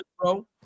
bro